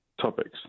topics